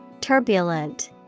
Turbulent